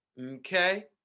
Okay